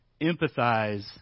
empathize